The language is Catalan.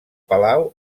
palau